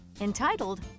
entitled